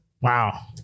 Wow